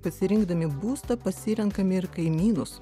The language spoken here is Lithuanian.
pasirinkdami būstą pasirenkam ir kaimynus